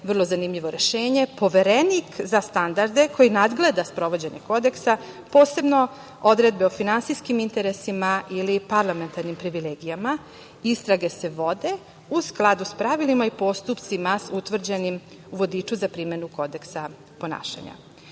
vrlo zanimljivo rešenje, Poverenik za standarde koji nadgleda sprovođenje kodeksa, posebno odredbe o finansijskim interesima ili parlamentarnim privilegijama. Istrage se vode u skladu sa pravilima i postupcima utvrđenim u vodiču za primenu kodeksa ponašanja.U